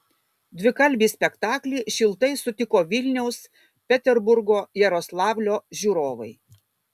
dvikalbį spektaklį šiltai sutiko vilniaus peterburgo jaroslavlio žiūrovai